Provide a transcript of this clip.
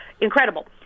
Incredible